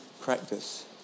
practice